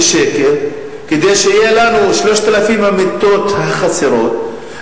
שקל כדי שיהיו לנו 3,000 המיטות החסרות,